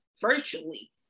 virtually